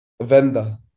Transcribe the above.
Venda